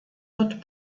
wird